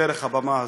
דרך הבמה הזאת.